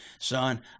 son